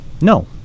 No